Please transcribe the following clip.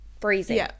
freezing